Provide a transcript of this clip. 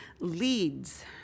leads